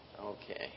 Okay